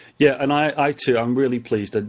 yeah. and i, too i'm really pleased. ah